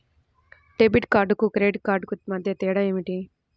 Debit కార్డుకు credit కార్డుకు మధ్య తేడా ఏమిటీ?